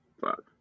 Fuck